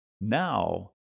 Now